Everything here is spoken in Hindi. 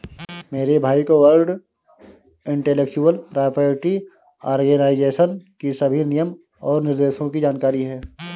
मेरे भाई को वर्ल्ड इंटेलेक्चुअल प्रॉपर्टी आर्गेनाईजेशन की सभी नियम और निर्देशों की जानकारी है